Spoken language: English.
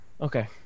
okay